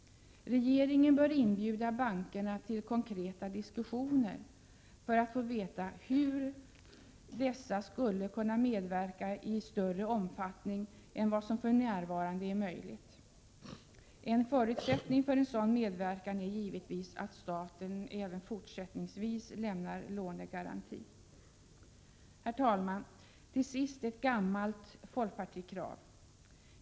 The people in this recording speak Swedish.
Regeringen bör inbjuda bankerna till konkreta diskussioner för att få veta hur dessa skall kunna medverka i större omfattning än vad som för närvarande är möjligt. En förutsättning för en sådan medverkan är givetvis att staten även fortsättningsvis lämnar lånegaranti. Herr talman! Till sist ett gammalt folkpartikrav.